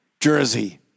Jersey